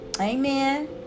Amen